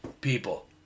People